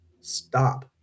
stop